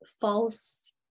false